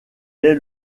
est